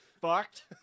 fucked